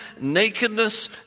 nakedness